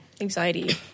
Anxiety